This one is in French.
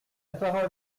parole